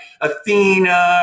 Athena